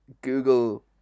google